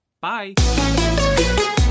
Bye